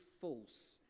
false